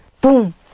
Boom